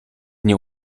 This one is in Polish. nie